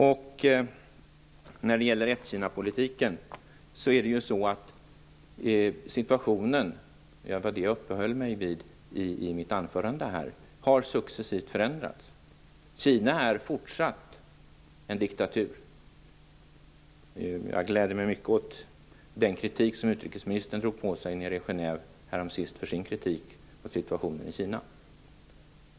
I mitt anförande uppehöll jag mig vid att situationen successivt har förändrats när det gäller ett-Kinapolitiken. Kina är fortsatt en diktatur. Jag gläder mig mycket åt den kritik som utrikesministern drog på sig nere i Genève för sin kritik av situationen i Kina.